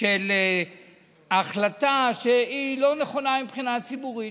של החלטה שהיא לא נכונה מבחינה ציבורית.